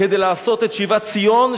כדי לעשות את שיבת ציון,